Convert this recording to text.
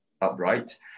upright